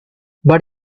but